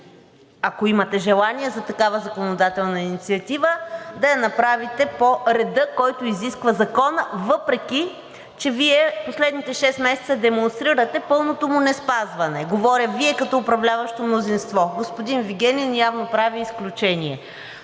ако имате желание за такава законодателна инициатива, да я направите по реда, който изисква законът, въпреки че Вие в последните шест месеца демонстрирате пълното му неспазване. Говоря Вие като управляващо мнозинство. Господин Вигенин явно прави изключение.